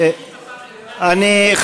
האם ראש הממשלה הסמיך את השר ארדן?